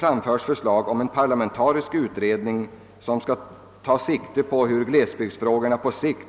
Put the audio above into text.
samt föreslagit en parlamentarisk utredning som skall sikta på att lösa glesbygdsfrågorna på sikt.